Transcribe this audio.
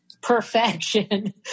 perfection